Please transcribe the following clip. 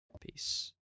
Peace